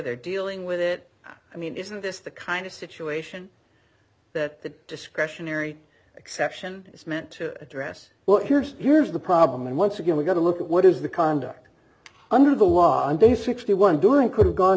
they're dealing with it i mean isn't this the kind of situation that discretionary exception is meant to address well here's here's the problem and once again we've got to look at what is the conduct under the law on day sixty one doing could have gone